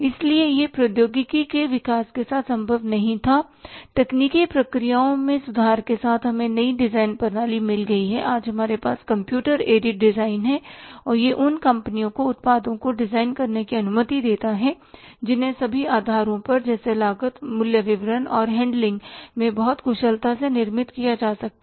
इसलिए यह प्रौद्योगिकी के विकास के साथ संभव नहीं था तकनीकी प्रक्रियाओं में सुधार के साथ हमें नई डिजाइन प्रणाली मिल गई है आज हमारे पास कंप्यूटर एडेड डिजाइन है और यह उन कंपनियों को उत्पादों को डिजाइन करने की अनुमति देता है जिन्हें सभी आधारों पर जैसे लागत मूल्य वितरण और हैंडलिंग में बहुत कुशलता से निर्मित किया जा सकता है